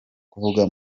kuvuga